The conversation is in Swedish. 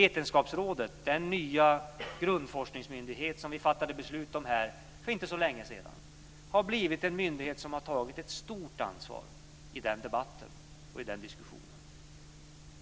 Vetenskapsrådet, den nya grundforskningsmyndighet som vi fattade beslut om här för inte så länge sedan, har blivit en myndighet som har tagit ett stort ansvar i den diskussionen.